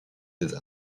des